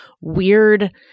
weird